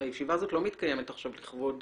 הישיבה הזו לא מתקיימת עכשיו לכבוד